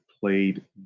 played